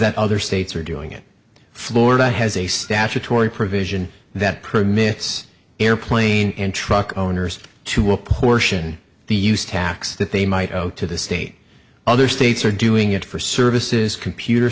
that other states are doing it florida has a statutory provision that permits airplane and truck owners to apportion the use tax that they might owe to the state other states are doing it for services computer